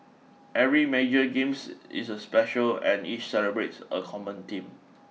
every major games is a special and each celebrates a common theme